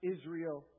Israel